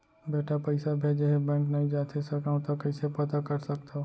बेटा पइसा भेजे हे, बैंक नई जाथे सकंव त कइसे पता कर सकथव?